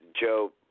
Joe